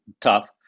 tough